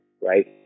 right